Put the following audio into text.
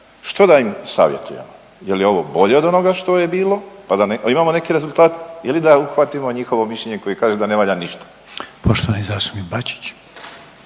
što da im savjetujemo? Je li ovo bolje od onoga što je bilo pa da imamo neki rezultat ili da uhvatimo njihovo mišljenje koje kaže da ne valja ništa.